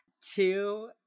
Two